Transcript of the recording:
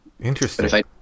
Interesting